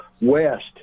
West